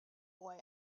boy